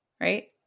Right